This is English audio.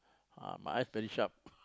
ah my eyes very sharp